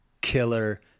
killer